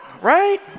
right